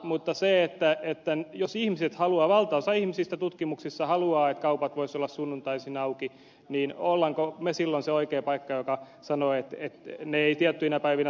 mutta jos valtaosa ihmisistä tutkimuksissa haluaa että kaupat voisivat olla sunnuntaisin auki niin olemmeko me silloin se oikea paikka joka sanoo että ne eivät tiettyinä päivinä sunnuntaisin saa olla auki